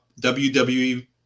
WWE